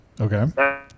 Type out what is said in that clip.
Okay